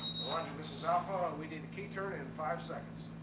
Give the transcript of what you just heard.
launcher, this is alpha and we need a key turn in five seconds.